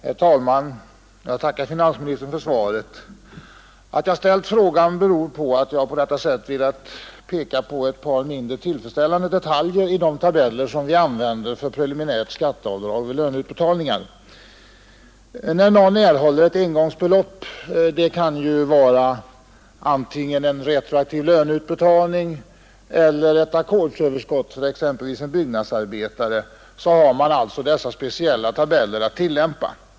Herr talman! Jag tackar finansministern för svaret. Att jag ställt frågan beror på att jag på detta sätt velat peka på ett par mindre tillfredsställande detaljer i de tabeller som vi använder för preliminärskatteavdrag vid löneutbetalningar. När någon erhåller ett engångsbelopp — det kan vara en retroaktiv löneutbetalning eller ett ackordsöverskott för exempelvis en byggnadsarbetare — har man alltså speciella tabeller att tillämpa.